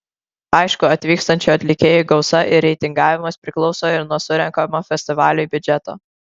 aišku atvykstančių atlikėjų gausa ir reitingavimas priklauso ir nuo surenkamo festivaliui biudžeto